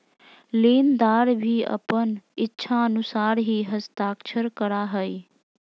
लेनदार भी अपन इच्छानुसार ही हस्ताक्षर करा हइ